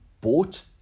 bought